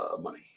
money